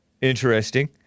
Interesting